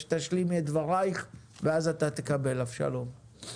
תשלימי את דבריך ואז אבשלום יוכל לענות על השאלה.